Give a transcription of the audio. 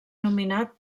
nominat